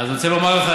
אז אני רוצה לומר לך,